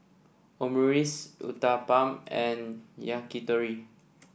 Omurice Uthapam and Yakitori